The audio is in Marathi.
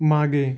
मागे